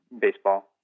baseball